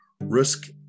risk